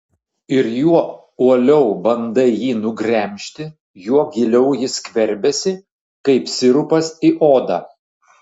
ir juo uoliau bandai jį nugremžti juo giliau jis skverbiasi kaip sirupas į odą